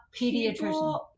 pediatrician